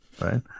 Right